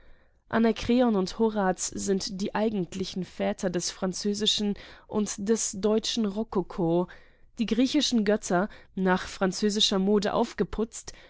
anakreon und horaz sind die väter des französischen und des deutschen rokoko die griechischen götter nach französischer mode aufgeputzt